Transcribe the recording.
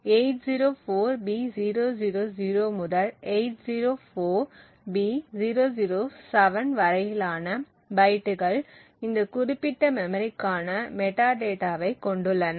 804b000 முதல் 804b007 வரையிலான பைட்டுகள் இந்த குறிப்பிட்ட மெமரிக்கான மெட்டாடேட்டாவைக் கொண்டுள்ளன